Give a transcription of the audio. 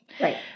Right